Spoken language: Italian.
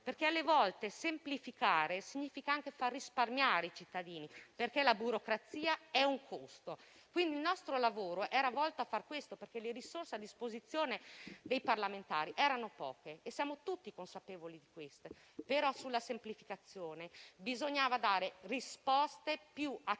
perché alle volte semplificare significa anche far risparmiare i cittadini, perché la burocrazia è un costo. Quindi, il nostro lavoro era volto a fare questo, perché le risorse a disposizione dei parlamentari erano poche e ne siamo tutti consapevoli; però sulla semplificazione bisognava dare risposte più attinenti